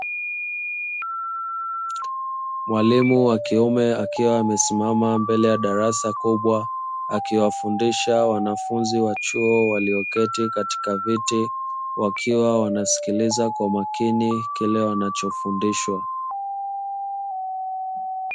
Mwalimu wa kiume akiwa amesimama mbele ya darasa kubwa akiwafundisha wanafunzi wa chuo walioketi katika viti, wakiwa wanasikiliza kwa makini kile wanachofundishwa.